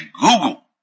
Google